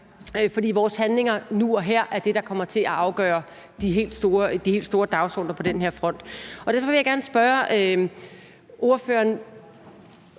for vores handlinger nu og her er det, der kommer til at afgøre de helt store dagsordener på den her front. Og derfor vil jeg gerne spørge ordføreren,